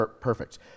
perfect